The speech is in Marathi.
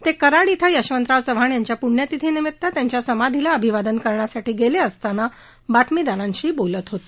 ते आज कराड इथं यशवंतराव चव्हाण यांच्या पृण्यतिथीनिमित आज सकाळी त्यांच्या समाधीला अभिवादन करण्यासाठी गेले असताना बातमीदारांशी बोलत होते